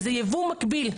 זה ייבוא מגביל.